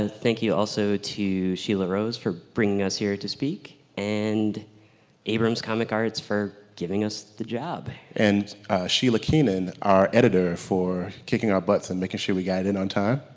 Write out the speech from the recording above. thank you also to sheila rose for bringing us here to speak and abrams comic arts for giving us the job. and sheila keenan our editor for kicking our butts and making sure we got in on time.